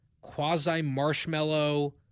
quasi-marshmallow